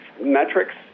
metrics